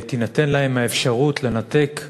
תינתן להם האפשרות לנתק אנשים,